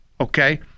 okay